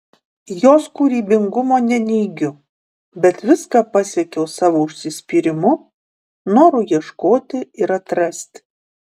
jos kūrybingumo neneigiu bet viską pasiekiau savo užsispyrimu noru ieškoti ir atrasti